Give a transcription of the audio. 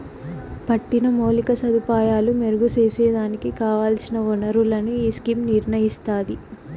పట్టిన మౌలిక సదుపాయాలు మెరుగు సేసేదానికి కావల్సిన ఒనరులను ఈ స్కీమ్ నిర్నయిస్తాది